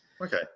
Okay